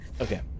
Okay